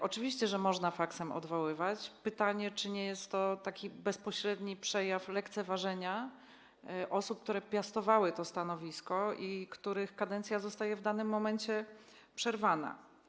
Oczywiście, że można odwoływać faksem, ale rodzi się pytanie: Czy nie jest to bezpośredni przejaw lekceważenia osób, które piastowały to stanowisko i których kadencja zostaje w danym momencie przerwana?